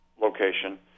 location